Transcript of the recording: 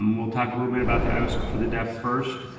um will talk a little bit about the iowa school for the deaf first.